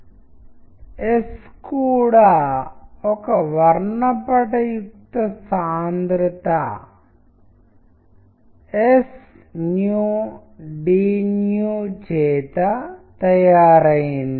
ఇప్పుడు మీరు దానిని మీ ప్రెజెంటేషన్లో చేయాలనుకుంటున్నారా మీరు దానిని మీ ప్రెజెంటేషన్లో చేయాలనుకుంటే అది ఏ ప్రయోజనం కోసం ఉపయోగపడుతుంది